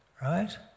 Right